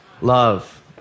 Love